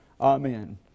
Amen